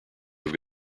have